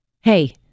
Hey